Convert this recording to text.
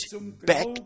back